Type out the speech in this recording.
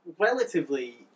relatively